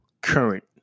current